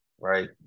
right